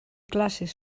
classes